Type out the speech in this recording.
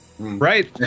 right